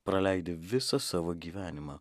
praleidi visą savo gyvenimą